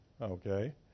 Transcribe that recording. okay